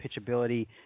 pitchability